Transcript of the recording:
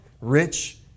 rich